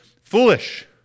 foolish